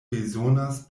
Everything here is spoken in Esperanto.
bezonas